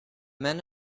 men